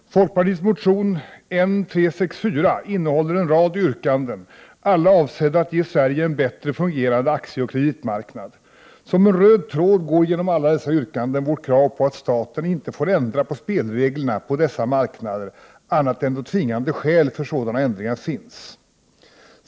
Herr talman! Folkpartiets motion N364 innehåller en rad yrkanden, alla avsedda att ge Sverige en bättre fungerande aktieoch kreditmarknad. Som en röd tråd genom alla dessa yrkanden går vårt krav på att staten inte får ändra på spelreglerna på dessa marknader annat än då tvingande skäl för sådana ändringar finns.